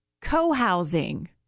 co-housing